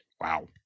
Wow